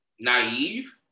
naive